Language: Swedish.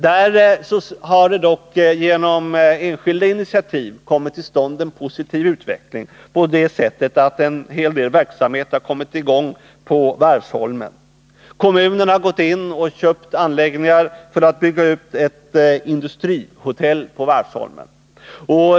Där har dock, genom enskilda initiativ, en positiv utveckling kommit till stånd på det sättet att en hel del verksamhet har kommit i gång på Varvsholmen. Kommunen har köpt anläggningar för att bygga ut ett industrihotell på Varvsholmen.